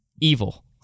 Evil